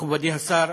מכובדי השר,